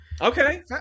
Okay